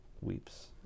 weeps